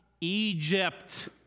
Egypt